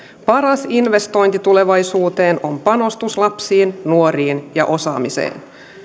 paras investointi tulevaisuuteen on panostus lapsiin nuoriin ja osaamiseen